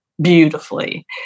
beautifully